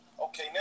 Okay